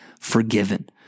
forgiven